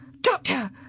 Doctor